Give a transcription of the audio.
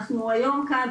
אנחנו היום כאן,